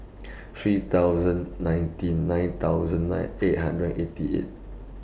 three thousand nineteen nine thousand nine eight hundred eighty eight